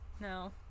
no